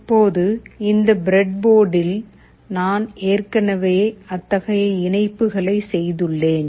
இப்போது இந்த ப்ரெட் போர்டில் நான் ஏற்கனவே அத்தகைய இணைப்புகளை செய்துள்ளேன்